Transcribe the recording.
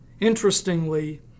Interestingly